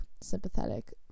sympathetic